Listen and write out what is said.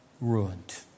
ruined